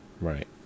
right